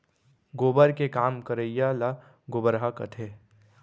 गोबर के काम करइया ल गोबरहा कथें